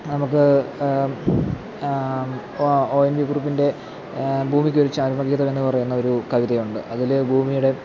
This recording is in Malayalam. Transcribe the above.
നമുക്ക് ഒ എൻ വി കുറുപ്പിൻ്റെ ഭൂമിക്ക് ഒരു ചരമഗീതം എന്നു പറയുന്ന ഒരു കവിതയുണ്ട് അതിൽ ഭൂമിയുടെ